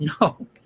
No